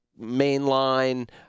mainline